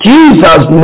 Jesus